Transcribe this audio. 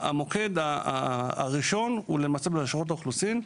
המוקד הראשון הוא בלשכות האוכלוסין,